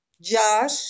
Josh